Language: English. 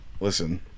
Listen